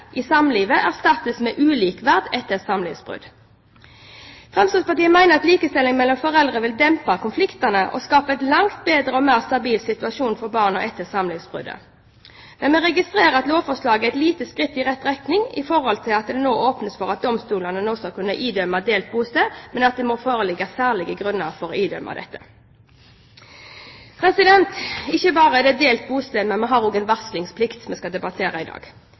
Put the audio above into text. i samlivet, erstattes med ulikeverd etter et samlivsbrudd. Fremskrittspartiet mener at likestilling mellom foreldre vil dempe konfliktene og skape en langt bedre og mer stabil situasjon for barn etter samlivsbruddet. Vi registrerer at lovforslaget er et lite skritt i rett retning ved at det nå åpnes for at domstolene skal kunne idømme delt bosted, men at det må foreligge særlige grunner for å idømme dette. Det er ikke bare delt bosted, men også varslingsplikt vi skal debattere i dag.